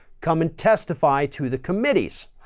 come and testify to the committees.